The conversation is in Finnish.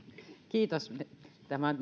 kiitos tämä